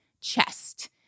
chest